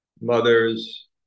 mothers